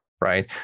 right